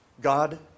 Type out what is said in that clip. God